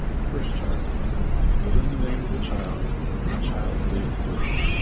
first child fill in the name of the child and the child's date of birth.